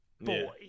boy